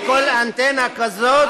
לכל אנטנה כזאת,